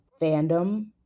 fandom